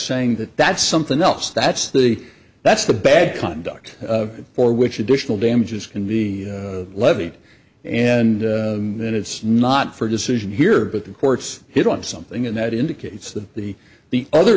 saying that that's something else that's the that's the bad conduct for which additional damages can be levied and then it's not for decision here but the courts hit on something and that indicates that the the other